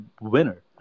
winner